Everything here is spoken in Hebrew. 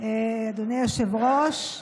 אדוני היושב-ראש,